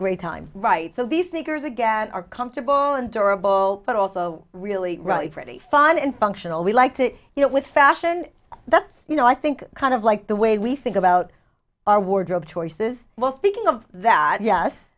great time right so these thinkers again are comfortable and durable but also really really pretty fun and functional we like to you know with fashion that's you know i think kind of like the way we think about our wardrobe choices well speaking of that yes